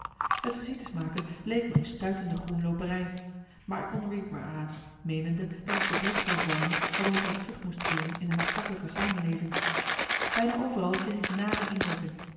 het visites maken leek me een stuitende groenlooperij maar ik onderwierp er me aan meenende dat het de brug zou vormen waarover ik terug moest keeren in de maatschappelijke samenleving bijna overal kreeg ik nare indrukken